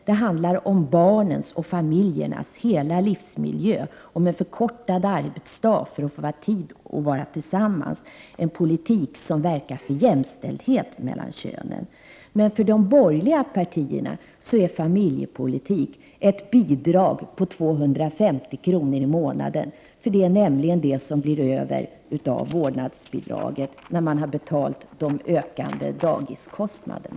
Det handlar om barnens och familjernas hela livsmiljö. En förkortad arbetsdag så att föräldrar och barn får mera tid att vara tillsammans verkar för jämställdhet mellan könen. För de borgerliga partierna är familjepolitik ett bidrag på 250 kr. per månad. Det är nämligen det som blir över av vårdnadsbidraget när man har betalat de ökande dagiskostnaderna.